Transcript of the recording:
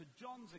John's